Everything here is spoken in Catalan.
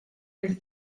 els